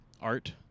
art